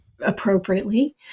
appropriately